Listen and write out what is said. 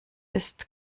ist